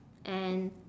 and